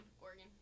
Oregon